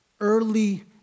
early